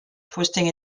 twisting